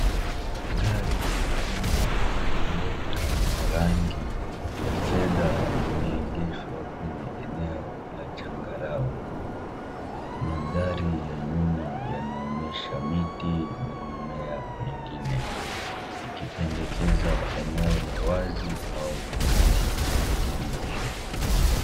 Gari aina ya Toyota ya rangi ya fedha limeegeshwa kwenye eneo la changarawe. Mandhari ya nyuma yanaonyesha miti na mimea mengine ikipendekeza eneo la wazi au la kijani kibichi.